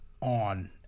on